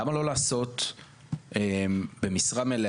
למה לא לעשות במשרה מלאה,